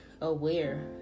aware